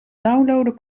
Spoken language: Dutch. downloaden